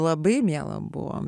labai miela buvo